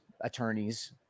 attorneys